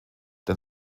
der